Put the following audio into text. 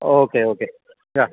okay okay yeah